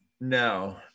No